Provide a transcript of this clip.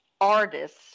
artists